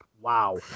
wow